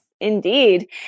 indeed